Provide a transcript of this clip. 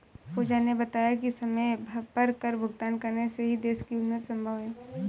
पूजा ने बताया कि समय पर कर भुगतान करने से ही देश की उन्नति संभव है